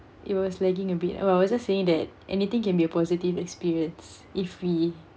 it was lagging a bit I I was just saying that anything can be a positive experience if we